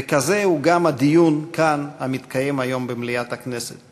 וכזה הוא גם הדיון המתקיים היום כאן במליאת הכנסת,